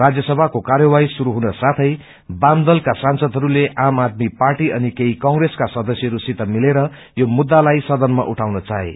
राज्यसभाको कार्यवाही शुरू हुन साथै वाम दलका सांसदहरूले आम आदमी पार्टी अनि केही कंप्रेसका सदस्यहरूसित मिलेर यो मुद्दालाई सदनामा उइाउन चाहे